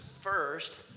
first